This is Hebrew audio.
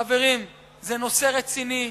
חברים, זה נושא רציני.